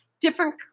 different